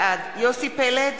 בעד יוסי פלד,